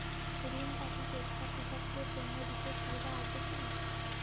ঋণ পাতি চেষ্টা কৃষকদের জন্য বিশেষ সুবিধা আছি কি?